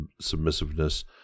submissiveness